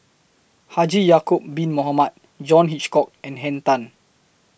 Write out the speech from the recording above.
Haji Ya'Acob Bin Mohamed John Hitchcock and Henn Tan